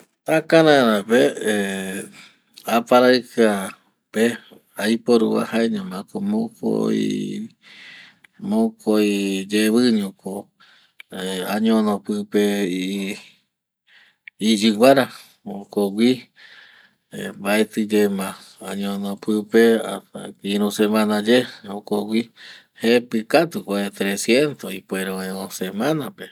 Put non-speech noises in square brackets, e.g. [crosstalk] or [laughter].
﻿Takararape ˂hesitation˃ aparaikia pe ˂hesitation˃ aiporuva jaeñomako mokoi, mokoi yeviñoko ˂hesitation˃ añono pipe i iyiguara, jokgüi [hesitation] mbaetiyema añono pipe hasta irü semanaye, jokgüi jepi katuko oë trecientos ipuere oë ojo semana pe